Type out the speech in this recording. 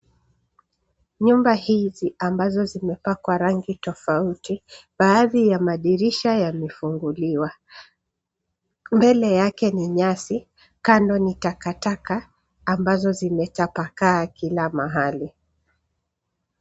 Nyumba hizi ambazo zimepakwa rangi tofauti, baadhi ya madirisha yamefunguliwa. Mbele yake ni nyasi, kando ni takataka ambazo zimetapakaa kila mahali.